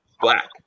black